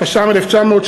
התש"ם 1980,